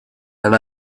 and